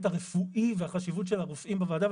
הרפואי והחשיבות של הרופאים בוועדה.